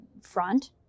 front